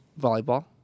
volleyball